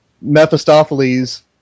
Mephistopheles